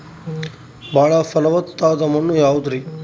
ಬಾಳ ಫಲವತ್ತಾದ ಮಣ್ಣು ಯಾವುದರಿ?